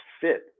fit